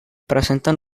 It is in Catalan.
presenten